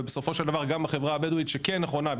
וגם החברה הבדואית שכן נכונה,